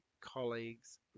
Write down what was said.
colleagues